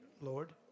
Lord